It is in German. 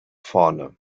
vorne